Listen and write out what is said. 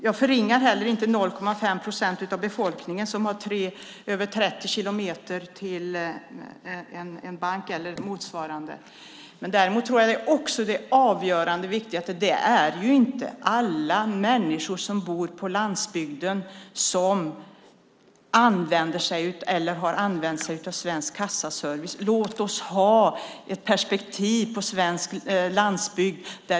Jag förringar inte de 0,5 procent av befolkningen som har över 30 kilometer till en bank eller motsvarande. Däremot är det avgörande och viktigt att inte alla människor som bor på landsbygden har använt sig av Svensk Kassaservice. Låt oss ha ett perspektiv på svensk landsbygd.